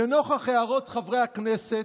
"לנוכח הערות חברי הכנסת,